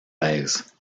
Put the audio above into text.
thèse